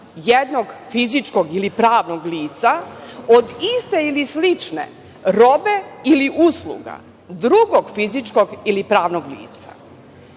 jednog fizičkog ili pravnog lica od iste ili slične robe ili usluga drugog fizičkog ili pravnog